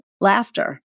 laughter